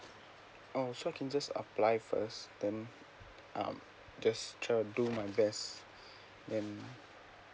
oh so I can just apply first then um just try do my best then